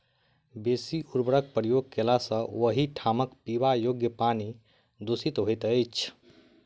बेसी उर्वरकक प्रयोग कयला सॅ ओहि ठामक पीबा योग्य पानि दुषित होइत छै